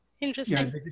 Interesting